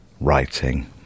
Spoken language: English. writing